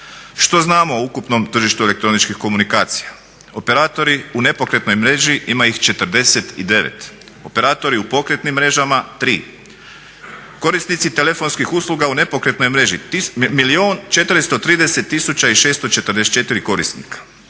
Što znamo o ukupnom tržištu elektroničkih komunikacija? Operatori u nepokretnoj mreži ima 49, operatori u pokretnim mrežama 3, korisnici telefonskih usluga u nepokretnoj mreži milijun 430 tisuća